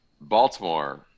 Baltimore